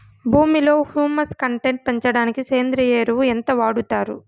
భూమిలో humus content పెంచడానికి సేంద్రియ ఎరువు ఎంత వాడుతారు